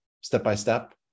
step-by-step